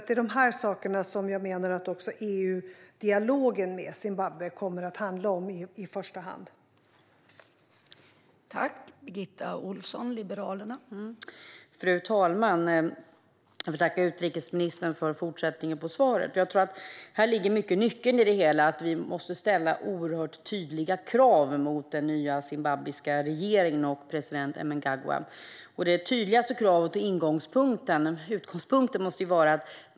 Det är de sakerna som jag menar att EU-dialogen med Zimbabwe i första hand kommer att handla om.